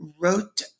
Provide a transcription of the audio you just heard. wrote